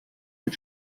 mit